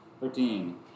Thirteen